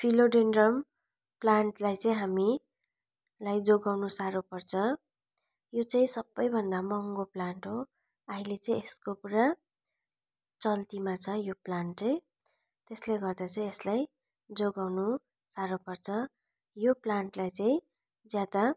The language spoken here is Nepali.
फिलोडेन्ड्रम प्लान्टलाई चाहिँ हामीलाई जोगाउन साह्रो पर्छ यो चाहिँ सबैभन्दा महँगो प्लान्ट हो अहिले चाहिँ यसको पुरा चल्तीमा छ यो प्लान्ट चाहिँ त्यसले गर्दा चाहिँ यसलाई जोगाउनु साह्रो पर्छ यो प्लान्टलाई चाहिँ ज्यादा